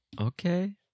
Okay